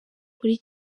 muri